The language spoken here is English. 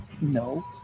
No